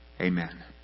Amen